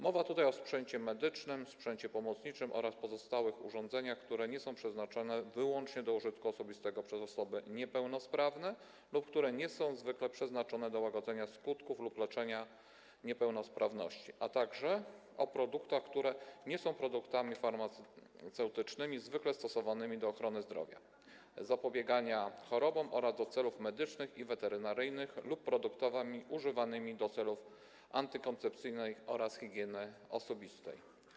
Mowa tutaj o sprzęcie medycznym, sprzęcie pomocniczym oraz pozostałych urządzeniach, które nie są przeznaczone wyłącznie do użytku osobistego przez osoby niepełnosprawne lub które nie są zwykle przeznaczone do łagodzenia skutków lub leczenia niepełnosprawności, a także o produktach, które nie są produktami farmaceutycznymi zwykle stosowanymi do ochrony zdrowia, zapobiegania chorobom oraz do celów medycznych i weterynaryjnych lub produktami używanymi do celów antykoncepcyjnych oraz higieny osobistej.